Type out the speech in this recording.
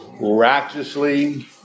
Righteously